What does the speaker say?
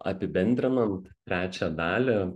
apibendrinant trečią dalį